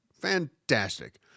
Fantastic